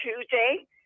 Tuesday